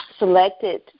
selected